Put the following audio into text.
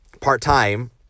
part-time